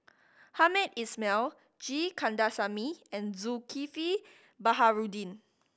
Hamed Ismail G Kandasamy and Zulkifli Baharudin